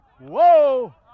Whoa